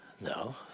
No